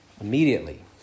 Immediately